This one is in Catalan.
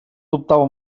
dubtava